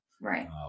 Right